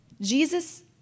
Jesus